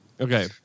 Okay